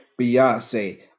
Beyonce